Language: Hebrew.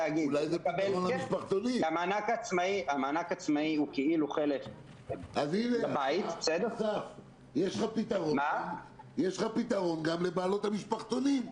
המענק עצמאי הוא כאילו חלק --- יש לך פתרון גם לבעלות המשפחתונים.